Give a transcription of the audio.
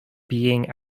being